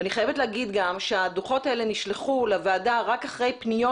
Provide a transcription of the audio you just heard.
אני גם חייבת להגיד שהדוחות האלה נשלחו לוועדה רק אחרי פניות